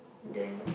then